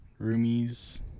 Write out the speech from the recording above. roomies